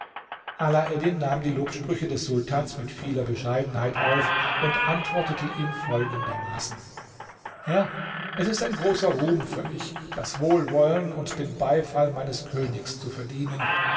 alaeddin nahm die lobsprüche des sultans mit vieler bescheidenheit auf und antwortete ihm folgendermaßen herr es ist ein großer ruhm für mich das wohlwollen und den beifall meines königs zu verdienen